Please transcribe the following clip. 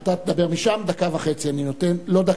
אתה תדבר משם, דקה וחצי אני נותן, לא דקה.